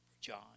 John